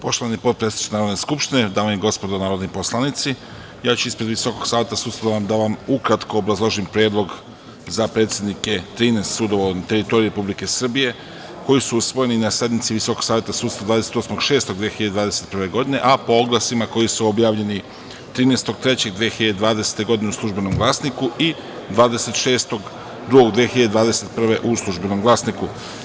Poštovani potpredsedniče Narodne skupštine, dame i gospodo narodni poslanici, ja ću ispred Visokog saveta sudstva ukratko da vam obrazložim predlog za predsednike 13 sudova na teritoriji Republike Srbije, koji su usvojeni na sednici Visokog saveta sudstva 28. 6. 2021. godine, a po oglasima koji su objavljeni 13. 3. 2020. godine u "Službenom glasniku" i 26. 2. 2021. godine u "Službenom glasniku"